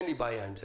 אין לי בעיה עם זה.